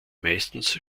meistens